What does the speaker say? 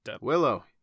willow